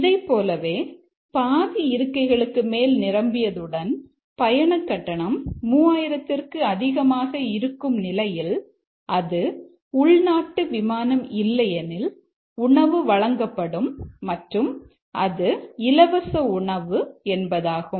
இதைப்போலவே பாதி இருக்கைகளுக்கு மேல் நிரம்பியதுடன் பயணக்கட்டணம் 3000 ற்கு அதிகமாக இருக்கும் நிலையில் அது உள்நாட்டு விமானம் இல்லையெனில் உணவு வழங்கப்படும் மற்றும் அது இலவச உணவு என்பதாகும்